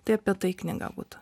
tai apie tai knyga būtų